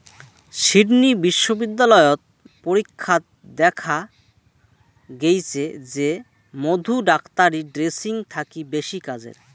Sydney বিশ্ববিদ্যালয়ত পরীক্ষাত দ্যাখ্যা গেইচে যে মধু ডাক্তারী ড্রেসিং থাকি বেশি কাজের